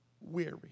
weary